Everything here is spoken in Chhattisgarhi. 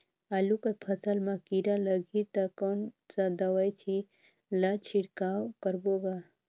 आलू कर फसल मा कीरा लगही ता कौन सा दवाई ला छिड़काव करबो गा?